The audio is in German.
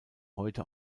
heute